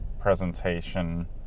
presentation